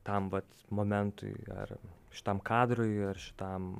tam vat momentui ar šitam kadrui ar šitam